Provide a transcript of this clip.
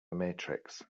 matrix